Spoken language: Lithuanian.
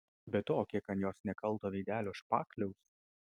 be to kiek ant jos nekalto veidelio špakliaus